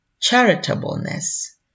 charitableness